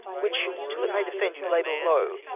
which, till it may defend you, labour low,